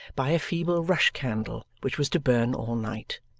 by a feeble rush-candle which was to burn all night.